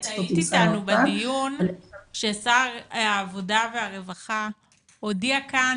את היית איתנו בדיון ששר העבודה והרווחה הודיע כאן,